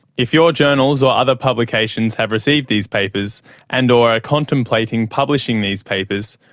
if your journals or other publications have received these papers and or are contemplating publishing these papers,